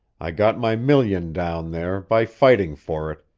i got my million down there, by fighting for it,